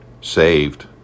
saved